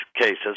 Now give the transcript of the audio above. cases